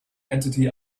entity